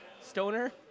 stoner